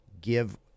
give